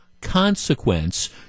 consequence